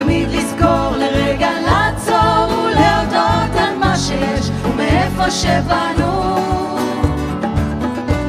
תמיד לזכור לרגע לעצור ולהודות על מה שיש ומאיפה שבנו